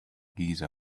giza